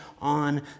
on